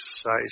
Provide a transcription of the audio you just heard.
size